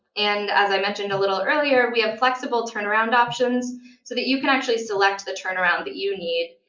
and as i mentioned a little earlier, we have flexible turnaround options so that you can actually select the turnaround that you need.